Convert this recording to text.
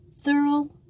thorough